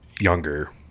younger